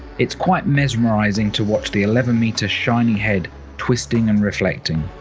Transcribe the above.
it's quite mesmerizing to watch the eleven meter shiny head twisting and reflecting.